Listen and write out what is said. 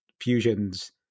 fusions